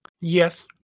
Yes